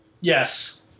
Yes